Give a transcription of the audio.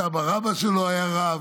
סבא-רבא שלו היה רב,